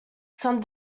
some